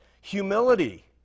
Humility